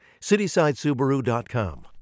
Citysidesubaru.com